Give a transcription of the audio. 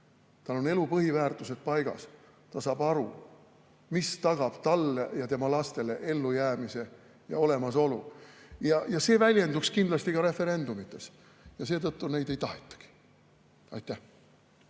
Tal on elu põhiväärtused paigas, ta saab aru, mis tagab talle ja tema lastele ellujäämise ja olemasolu. See väljenduks kindlasti ka referendumites ja seetõttu neid ei tahetagi. Henn